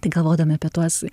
tai galvodami apie tuos